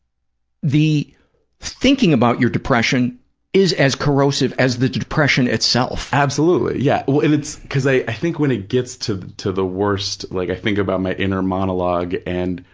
the thinking about your depression is as corrosive as the depression itself. absolutely, yeah. well, and it's, because i i think when it gets to to the worst, like i think about my inner monologue and,